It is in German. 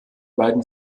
beiden